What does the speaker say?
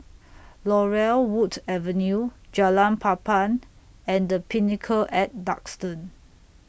Laurel Wood Avenue Jalan Papan and The Pinnacle At Duxton